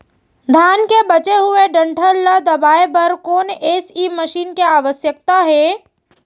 धान के बचे हुए डंठल ल दबाये बर कोन एसई मशीन के आवश्यकता हे?